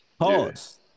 pause